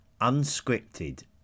Unscripted